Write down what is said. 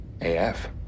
af